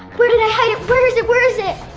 where did i hide it? where is it. where is it?